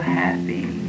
happy